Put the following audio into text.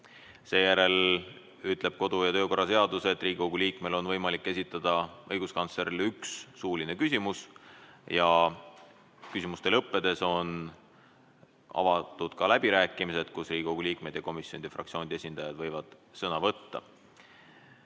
Seejärel, ütleb kodu‑ ja töökorra seadus, on Riigikogu liikmel võimalik esitada õiguskantslerile üks suuline küsimus. Küsimuste lõppedes on avatud ka läbirääkimised, kus Riigikogu liikmed ja komisjonide-fraktsioonide esindajad võivad sõna võtta.